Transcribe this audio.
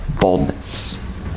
boldness